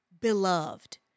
beloved